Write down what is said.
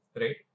right